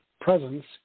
presence